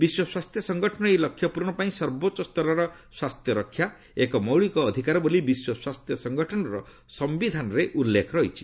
ବିଶ୍ୱ ସ୍ୱାସ୍ଥ୍ୟ ସଂଗଠନର ଏହି ଲକ୍ଷ୍ୟପୂରଣ ପାଇଁ ସର୍ବୋଚ୍ଚସ୍ତରର ସ୍ୱାସ୍ଥ୍ୟ ରକ୍ଷା ଏକ ମୌଳିକ ଅଧିକାର ବୋଲି ବିଶ୍ୱ ସ୍ୱାସ୍ଥ୍ୟସଂଗଠନର ସମ୍ଭିଧାନରେ ଉଲ୍ଲେଖ ରହିଛି